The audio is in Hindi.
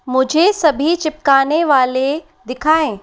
मुझे सभी चिपकाने वाले दिखाएँ